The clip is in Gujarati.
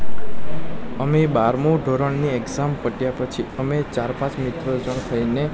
અમે બારમું ધોરણની એકઝામ પત્યા પછી અમે ચાર પાંચ મિત્રો જણ થઈને